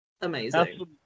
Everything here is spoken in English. amazing